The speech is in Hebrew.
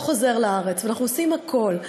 ולא חוזר לארץ, ואנחנו עושים הכול.